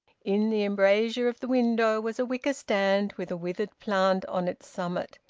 in the embrasure of the window was a wicker stand with a withered plant on its summit,